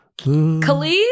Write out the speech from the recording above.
Khalid